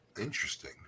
Interesting